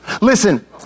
Listen